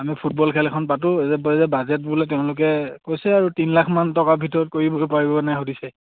আমি ফুটবল খেল এখন পাতোঁ যে যে বাজেট বোলে তেওঁলোকে কৈছে আৰু তিন লাখমান টকাৰ ভিতৰত কৰিব পাৰিব নাই সুধিছে